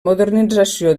modernització